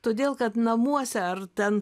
todėl kad namuose ar ten